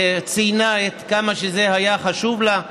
וציינה כמה שזה היה חשוב לה,